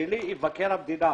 שלי עם מבקר המדינה.